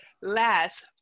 last